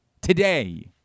today